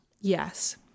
Yes